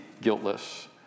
guiltless